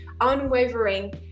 unwavering